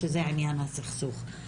שזה עניין הסכסוך.